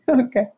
Okay